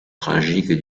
tragique